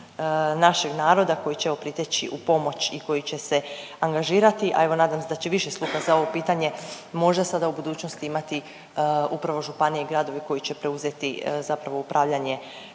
našeg naroda koji će evo priteći u pomoć i koji će se angažirati, ali evo nadam se da će više sluha za ovo pitanje možda sada u budućnosti imati upravo županije i gradovi koji će preuzeti zapravo upravljanje